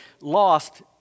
lost